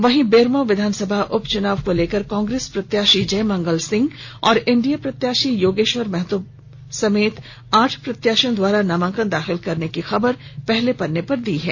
वहीं बेरमो विधानसभा उपच्चनाव को लेकर कांग्रेस प्रत्याशी जयमंगल सिंह और एनडीए प्रत्याशी योगेश्वर महतो समेत आठ प्रत्याशियों द्वारा नामांकन दाखिल करने की खबर को पहले पेज पर जगह दी है